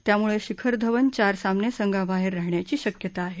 त्यामुळे शिखर धवन चार सामने संघाबाहेर राहण्याची शक्यता आहे